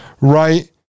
right